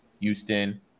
Houston